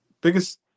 biggest